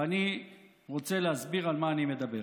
ואני רוצה להסביר על מה אני מדבר.